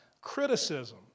Criticism